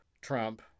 Trump